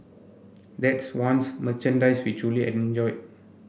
that's one's merchandise we truly enjoy